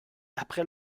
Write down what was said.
après